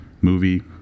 movie